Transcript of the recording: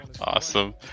Awesome